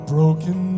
broken